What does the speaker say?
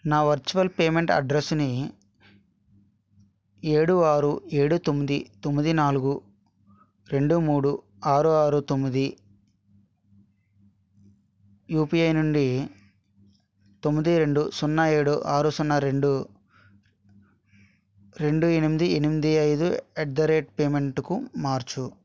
నా virtual payment అడ్రస్ని ఏడు ఆరు ఏడు తొమ్మిది తొమ్మిది నాలుగు రెండు మూడు ఆరు ఆరు తొమ్మిది యూపీఐ నుండి తొమ్మిది రెండు సున్నా ఏడు ఆరు సున్నా రెండు రెండు ఎనిమిది ఎనిమిది ఐదు అట్ ద రేట్ పేమెంట్కు మార్చు